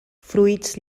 fruits